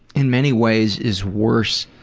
in many ways is worse